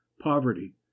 poverty